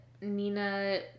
Nina